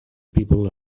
people